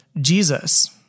Jesus